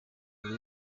buri